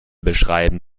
beschreiben